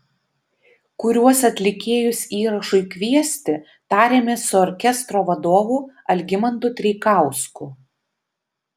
kuriuos atlikėjus įrašui kviesti tarėmės su orkestro vadovu algimantu treikausku